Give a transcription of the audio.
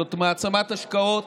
זאת מעצמת השקעות